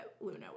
Luna